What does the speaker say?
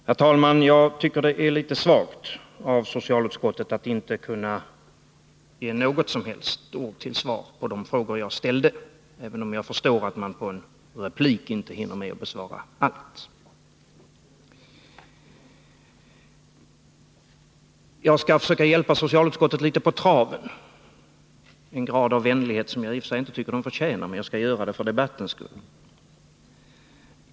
Fru talman! Jag tycker att det är litet svagt av socialutskottet att inte ge något som helst svar på de frågor jag ställde, även om jag förstår att man i en replik inte hinner med att besvara allt. Jag skall försöka hjälpa socialutskottet litet på traven — en grad av vänlighet som jag i och för sig inte tycker att utskottet förtjänar, men jag skall göra det för debattens skull.